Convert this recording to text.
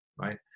right